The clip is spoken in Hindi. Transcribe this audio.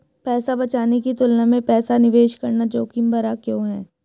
पैसा बचाने की तुलना में पैसा निवेश करना जोखिम भरा क्यों है?